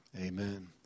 Amen